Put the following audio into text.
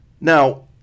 Now